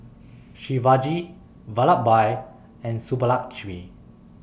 Shivaji Vallabhbhai and Subbulakshmi